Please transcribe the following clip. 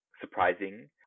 surprising